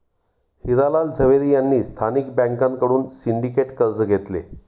हिरा लाल झवेरी यांनी स्थानिक बँकांकडून सिंडिकेट कर्ज घेतले